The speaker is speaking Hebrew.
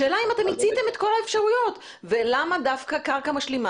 השאלה אם מיציתם את כל האפשרויות ולמה דווקא קרקע משלימה